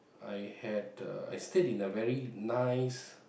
I had a I stayed in a very nice